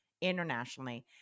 internationally